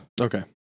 Okay